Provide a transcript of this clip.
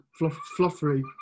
fluffery